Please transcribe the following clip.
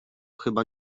chyba